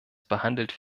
behandelt